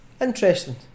Interesting